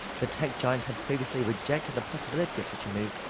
the tech giant had previously rejected the possibility of such a move.